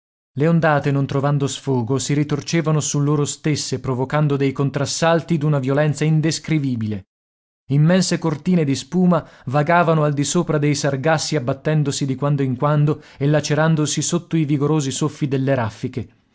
le ondate non trovando sfogo si ritorcevano su loro stesse provocando dei contrassalti d'una violenza indescrivibile immense cortine di spuma vagavano al di sopra dei sargassi abbattendosi di quando in quando e lacerandosi sotto i vigorosi soffi delle raffiche